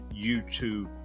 YouTube